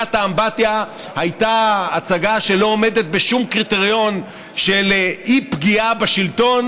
"מלכת אמבטיה" הייתה הצגה שלא עומדת בשום קריטריון של אי-פגיעה בשלטון,